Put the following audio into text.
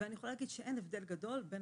ואני יכולה להגיד שאין הבדל גדול בין